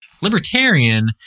libertarian